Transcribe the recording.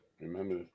Remember